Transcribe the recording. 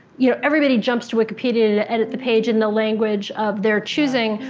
you know everybody jumps to wikipedia to edit the page and the language of their choosing.